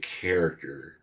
character